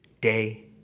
day